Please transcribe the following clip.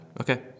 Okay